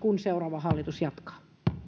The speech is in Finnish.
kun seuraava hallitus jatkaa